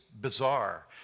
bizarre